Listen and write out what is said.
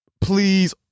please